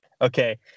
Okay